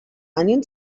onion